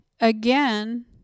again